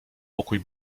pokój